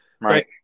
Right